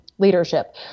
Leadership